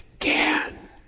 again